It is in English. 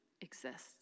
exists